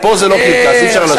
פה זה לא קרקס, אי-אפשר לשיר.